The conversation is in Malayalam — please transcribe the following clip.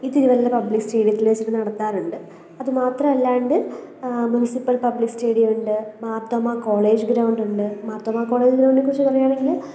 ഈ തിരുവല്ല പബ്ലിക് സ്റ്റേഡിയത്തിൽ വെച്ചു നടത്താറുണ്ട് അതു മാത്രമല്ലാണ്ട് മുൻസിപ്പൽ പബ്ലിക് സ്റ്റേഡിയമുണ്ട് മാർത്തോമാ കോളേജ് ഗ്രൗണ്ടുണ്ട് മാർത്തോമാ കോളേജ് ഗ്രൗണ്ടിനെക്കുറിച്ച് പറയുകയാണെങ്കിൽ